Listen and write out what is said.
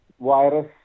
virus